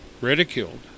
ridiculed